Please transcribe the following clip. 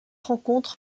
rencontre